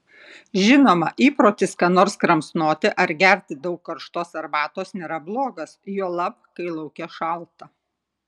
žinoma įprotis ką nors kramsnoti ar gerti daug karštos arbatos nėra blogas juolab kai lauke šalta